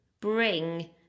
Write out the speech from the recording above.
bring